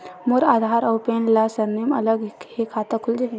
मोर आधार आऊ पैन मा सरनेम अलग हे खाता खुल जहीं?